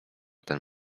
ten